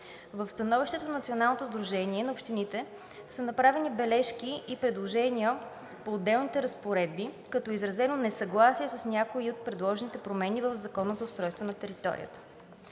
В становището на Националното сдружение на общините са направени бележки и предложения по отделните разпоредби, като е изразено несъгласие с някои от предложените промени в Закона за устройство на територията.